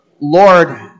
Lord